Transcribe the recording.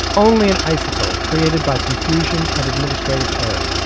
only an icicle created by confusion and administrative error.